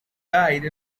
guide